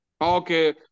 okay